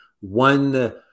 One